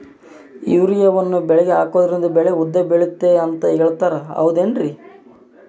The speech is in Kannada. ಯೂರಿಯಾವನ್ನು ಬೆಳೆಗೆ ಹಾಕೋದ್ರಿಂದ ಬೆಳೆ ಉದ್ದ ಬೆಳೆಯುತ್ತೆ ಅಂತ ಹೇಳ್ತಾರ ಹೌದೇನ್ರಿ?